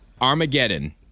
Armageddon